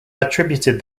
attributed